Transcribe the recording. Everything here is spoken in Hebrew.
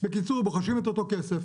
בקיצור, בוחשים את אותו כסף